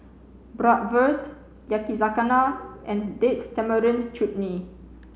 Bratwurst Yakizakana and Date Tamarind Chutney